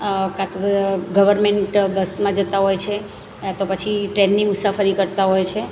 કાં તો ગવર્મેન્ટ બસમાં જતાં હોય છે યા તો પછી ટ્રેનની મુસાફરી કરતાં હોય છે